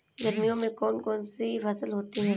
गर्मियों में कौन कौन सी फसल होती है?